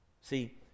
see